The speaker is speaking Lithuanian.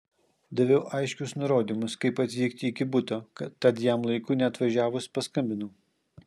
daviau aiškius nurodymus kaip atvykti iki buto tad jam laiku neatvažiavus paskambinau